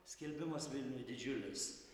skelbimas vilniuj didžiulis